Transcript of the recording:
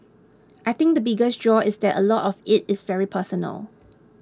I think the biggest draw is that a lot of it is very personal